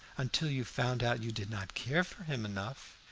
until you found out you did not care for him enough.